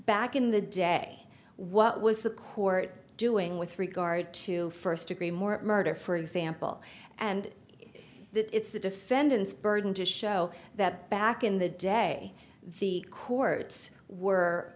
in the day what was the court doing with regard to first degree more murder for example and it's the defendant's burden to show that back in the day the courts were